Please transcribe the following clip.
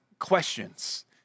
questions